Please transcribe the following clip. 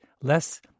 less